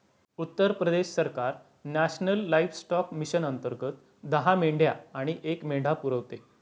उत्तर प्रदेश सरकार national livestock mission अंतर्गत दहा मेंढ्या आणि एक मेंढा पुरवते